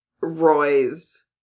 Roy's